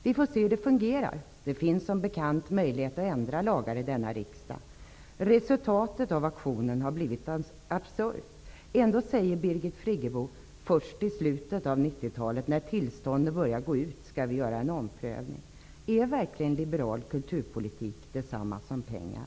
Vi får se hur det fungerar. Det finns som bekant möjlighet att ändra lagar i denna riksdag. Resultatet av auktionen har blivit absurt. Trots det säger Birgit Friggebo att först i slutet av 90-talet när tillstånden börjar gå ut skall vi göra en omprövning. Är liberal kulturpolitik verkligen detsamma som pengar?